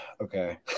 okay